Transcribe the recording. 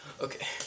Okay